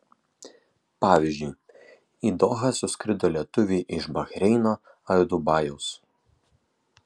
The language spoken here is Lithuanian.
pavyzdžiui į dohą suskrido lietuviai iš bahreino ar dubajaus